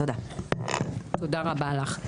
תודה לך.